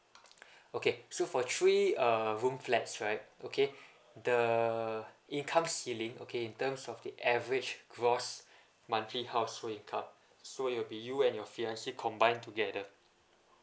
okay so for three uh room flats right okay the income ceiling okay in terms of the average gross monthly household income so you'll be you and your fiancée combine together